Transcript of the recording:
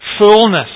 fullness